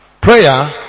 Prayer